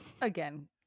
Again